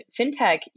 fintech